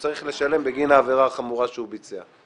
צריך לשלם בגין העבירה החמורה שהוא ביצע.